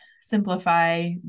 simplify